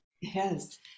Yes